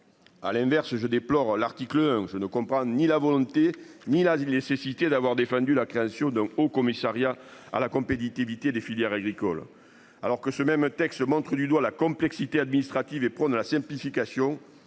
À l'inverse je déplore l'article hein. Je ne comprends ni la volonté ni l'asile nécessité d'avoir défendu la création d'un Haut Commissariat à la compétitivité des filières agricoles, alors que ce même texte du doigt la complexité administrative et prône la simplification